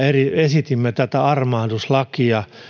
esitimme tätä armahduslakia